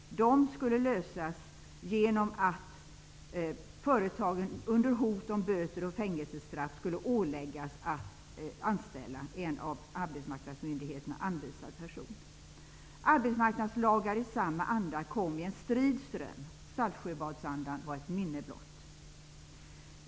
Det skulle lösas genom att företagen under hot om böter och fängelsestraff skulle åläggas att anställa en av arbetsmarknadsmyndigheterna anvisad person. Arbetsmarknadslagar i samma anda kom i en strid ström. Saltsjöbadsandan var ett minne blott.